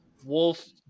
Wolf